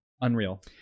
unreal